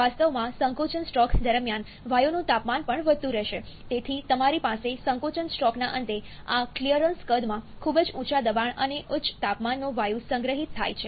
વાસ્તવમાં સંકોચન સ્ટ્રોક દરમિયાન વાયુનું તાપમાન પણ વધતું રહેશે તેથી તમારી પાસે સંકોચન સ્ટ્રોકના અંતે આ ક્લિયરન્સ કદમાં ખૂબ જ ઊંચા દબાણ અને ઉચ્ચ તાપમાનનો વાયુ સંગ્રહિત થાય છે